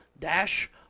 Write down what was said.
dash